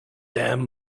damn